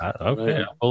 Okay